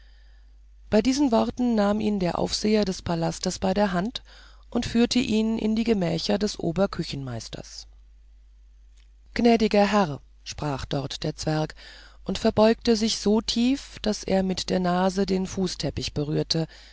bei diesen worten nahm ihn der aufseher des palastes bei der hand und führte ihn in die gemächer des oberküchenmeisters gnädiger herr sprach dort der zwerg und verbeugte sich so tief daß er mit der nase den fußteppich berührte